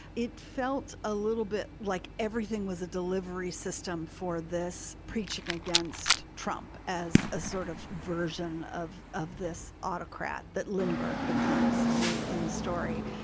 it felt a little bit like everything was a delivery system for this preaching against trump as a sort of version version of of this autocrat that lindbergh becomes in in the story.